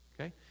okay